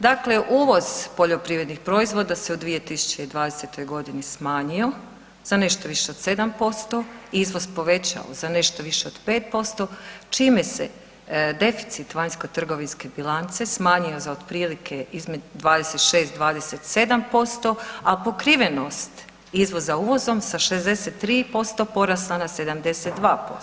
Dakle, uvoz poljoprivrednih proizvoda se u 2020.g. smanjio za nešto više od 7%, izvoz povećao za nešto više od 5% čime se deficit vanjsko trgovinske bilance smanjio za otprilike između 26-27%, a pokrivenost izvoza uvozom sa 63% porasla na 72%